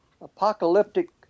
apocalyptic